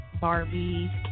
Barbie